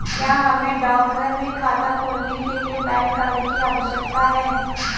क्या हमें डाकघर में खाता खोलने के लिए पैन कार्ड की आवश्यकता है?